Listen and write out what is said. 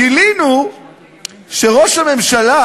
גילינו שראש הממשלה,